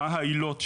מה העילות,